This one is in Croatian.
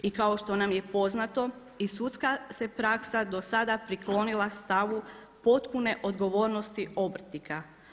I kao što nam je poznato i sudska se praksa dosada priklonila stavu potpune odgovornosti obrtnika.